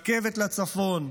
רכבת לצפון,